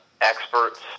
experts